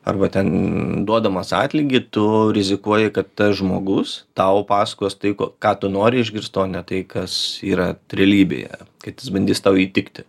arba ten duodamas atlygį tu rizikuoji kad tas žmogus tau pasakos tai ką tu nori išgirst o ne tai kas yra realybėje kad jis bandys tau įtikti